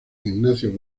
ignacio